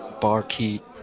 barkeep